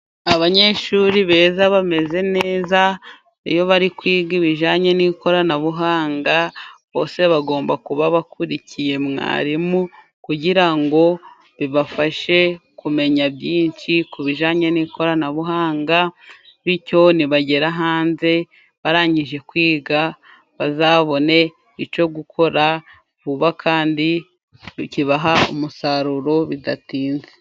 Abanyeshuri beza, bameze neza, iyo bari kwiga ibijyanye n'ikoranabuhanga, bose bagomba kuba bakurikiye mwarimu kugira ngo bibafashe kumenya byinshi ku bijyanye n'ikoranabuhanga, bityo nibagera hanze barangije kwiga bazabone icyo gukora vuba, kandi bikabaha umusaruro bidatinze.